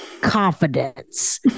Confidence